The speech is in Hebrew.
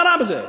מה רע בזה?